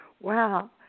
Wow